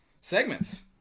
Segments